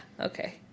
Okay